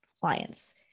clients